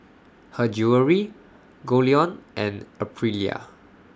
Her Jewellery Goldlion and Aprilia